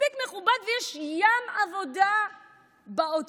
מספיק מכובד ויש ים עבודה באוצר,